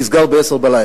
נסגר ב-22:00,